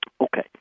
Okay